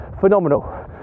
phenomenal